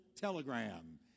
telegram